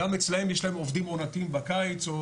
גם אצלם יש עובדים עונתיים בקיץ.